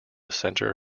center